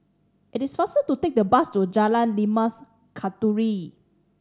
it is faster to take the bus to Jalan Limau Kasturi